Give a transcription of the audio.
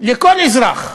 לכל אזרח.